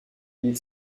lille